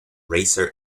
racer